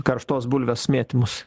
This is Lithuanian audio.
karštos bulvės mėtymus